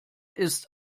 ist